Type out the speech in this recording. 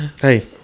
Hey